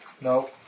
No